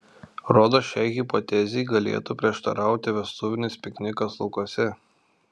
rodos šiai hipotezei galėtų prieštarauti vestuvinis piknikas laukuose